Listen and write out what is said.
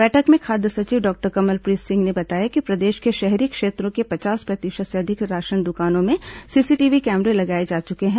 बैठक में खाद्य सचिव डॉक्टर कमलप्रीत सिंह ने बताया कि प्रदेश के शहरी क्षेत्रों के पचास प्रतिशत से अधिक राशन दुकानों में सीसीटीवी कैमरे लगाए जा चुके हैं